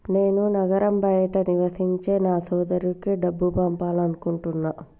నేను నగరం బయట నివసించే నా సోదరుడికి డబ్బు పంపాలనుకుంటున్నా